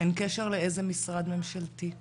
היום ה- 20 בדצמבר 2021,